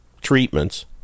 treatments